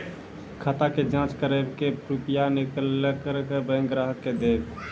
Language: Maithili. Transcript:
खाता के जाँच करेब के रुपिया निकैलक करऽ बैंक ग्राहक के देब?